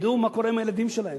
מה קורה עם הילדים שלהם,